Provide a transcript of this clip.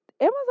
Amazon